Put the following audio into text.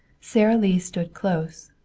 sara lee stood close,